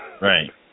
Right